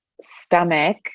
stomach